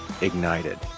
ignited